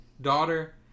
Daughter